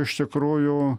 iš tikrųjų